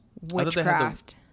witchcraft